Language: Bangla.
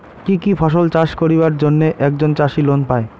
কি কি ফসল চাষ করিবার জন্যে একজন চাষী লোন পায়?